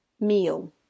meal